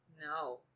No